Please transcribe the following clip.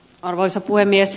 arvoisa puhemies